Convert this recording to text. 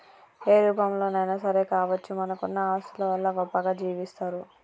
ఏ రూపంలోనైనా సరే కావచ్చు మనకున్న ఆస్తుల వల్ల గొప్పగా జీవిస్తరు